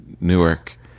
newark